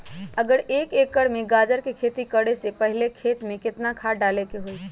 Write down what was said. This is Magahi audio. अगर एक एकर में गाजर के खेती करे से पहले खेत में केतना खाद्य डाले के होई?